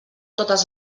totes